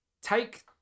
take